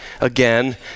again